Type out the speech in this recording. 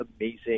amazing